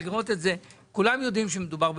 כולם יודעים שמדובר במיסיון.